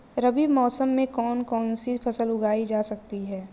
रबी मौसम में कौन कौनसी फसल उगाई जा सकती है?